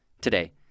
today